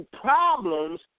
problems